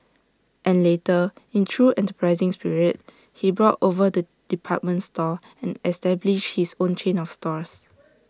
and later in true enterprising spirit he brought over the department store and established his own chain of stores